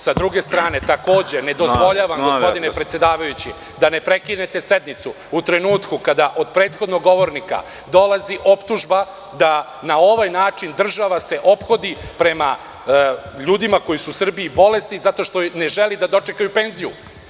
Sa druge strane, takođe, ne dozvoljavam, gospodine predsedavajući, da ne prekinete sednicu u trenutku kada od prethodnog govornika dolazi optužba da na ovaj način država se ophodi prema ljudima koji su u Srbiji bolesni zato što ne želi da dočekaju penziju.